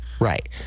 Right